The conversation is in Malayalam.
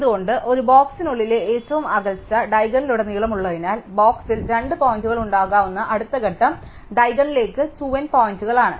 എന്തുകൊണ്ട് ഒരു ബോക്സിനുള്ളിലെ ഏറ്റവും അകൽച്ച ഡയഗണലിലുടനീളം ഉള്ളതിനാൽ ബോക്സിൽ രണ്ട് പോയിന്റുകൾ ഉണ്ടാകാവുന്ന അടുത്ത ഘട്ടം ഡയഗണലിലേക്ക് 2 n പോയിന്റുകളാണ്